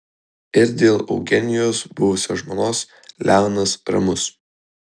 ir dėl eugenijos buvusios žmonos leonas ramus